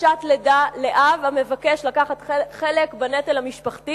חופשת לידה לאב המבקש לקחת חלק בנטל המשפחתי